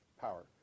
power